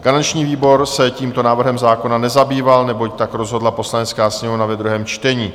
Garanční výbor se tímto návrhem zákona nezabýval, neboť tak rozhodla Poslanecká sněmovna ve druhém čtení.